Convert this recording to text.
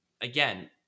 again